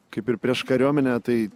kaip ir prieš kariuomenę tai